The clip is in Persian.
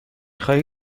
خواهی